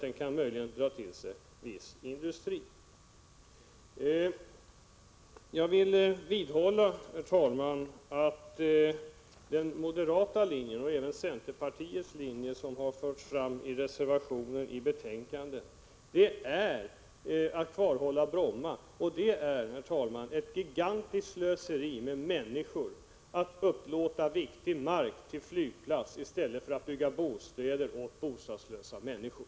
Det kan kanske dra till sig viss industri. Jag vidhåller, herr talman, att den moderata linjen och centerpartiets linje, som har förts fram i reservationer till betänkandet, innebär ett kvarhållande av Bromma. Det är ett gigantiskt slöseri med människor att upplåta viktig mark till flygplats i stället för att bygga bostäder åt bostadslösa människor.